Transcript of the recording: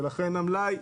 ולכן המלאי